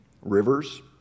rivers